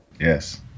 Yes